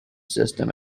system